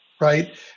right